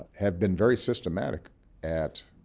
have been very systematic at.